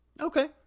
okay